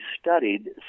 studied